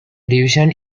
division